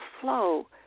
flow